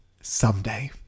Someday